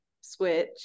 switch